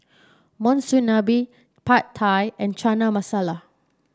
Monsunabe Pad Thai and Chana Masala